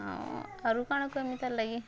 ଆଉ ଆରୁ କାଣା କହିମିଁ ତା'ର୍ ଲାଗି